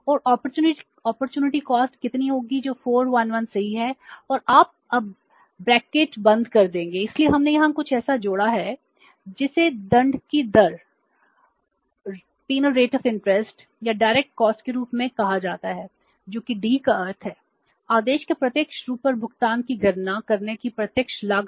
और opportunity cost के रूप में कहा जाता है जो कि डी का अर्थ है आदेश के प्रत्येक रुपये पर भुगतान की गणना करने की प्रत्यक्ष लागत